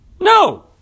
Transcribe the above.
No